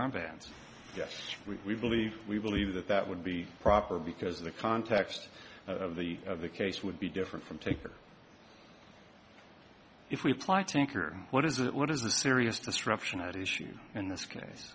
armbands yes we believe we believe that that would be proper because the context of the of the case would be different from taker if we apply tanker what is it what is the serious disruption at issue in this case